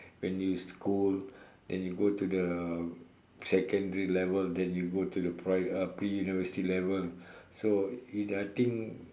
when you school then you go to the secondary level then you go to the pri~ uh pre-university level so I think